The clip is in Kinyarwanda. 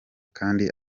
kandi